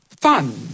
fun